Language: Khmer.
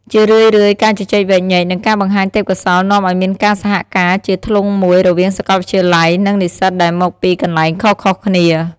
ជារឿយៗ ការជជែកវែកញែក និងការបង្ហាញទេពកោសល្យនាំឲ្យមានការសហការជាធ្លុងមួយរវាងសកលវិទ្យាល័យ និងនិស្សិតដែលមកពីកន្លែងខុសៗគ្នា។